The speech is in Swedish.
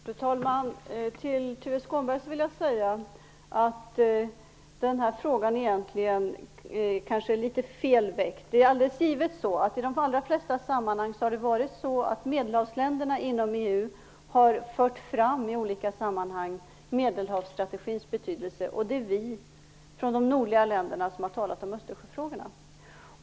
Fru talman! Till Tuve Skånberg vill jag säga att den här frågan kanske egentligen är litet fel väckt. Alldeles givet har det i de allra flesta sammanhang varit så att Medelhavsländerna inom EU i olika sammanhang har fört fram Medelhavsstrategins betydelse medan vi från de nordliga länderna har talat om Östersjöfrågorna.